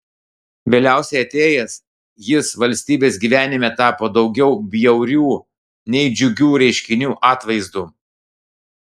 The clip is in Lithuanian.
vėliausiai atėjęs jis valstybės gyvenime tapo daugiau bjaurių nei džiugių reiškinių atvaizdu